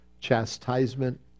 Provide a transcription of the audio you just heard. chastisement